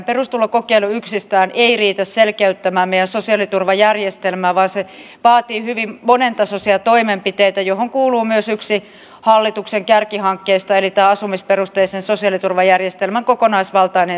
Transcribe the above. perustulokokeilu yksistään ei riitä selkeyttämään meidän sosiaaliturvajärjestelmäämme vaan se vaatii hyvin monentasoisia toimenpiteitä joihin kuuluu myös yksi hallituksen kärkihankkeista eli tämä asumisperusteisen sosiaaliturvajärjestelmän kokonaisvaltainen selvitys